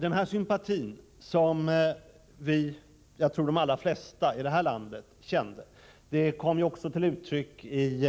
Den här sympatin — som jag tror att de allra flesta i det här landet kände — kom också till uttryck i